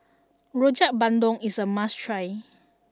Rojak Bandung is a must try